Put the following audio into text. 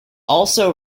also